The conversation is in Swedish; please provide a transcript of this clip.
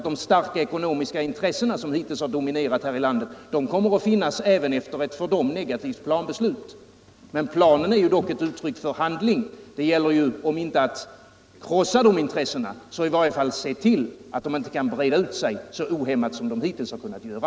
De starka intressen som hittills dominerat här i landet kommer att finnas kvar även efter ett för dem negativt planbeslut. Men planen är dock uttryck för en handlingsvilja. Även om det inte gäller att krossa dessa intressen skall man i varje fall se till att de inte kan breda ut sig så ohämmat som de hittills kunnat göra.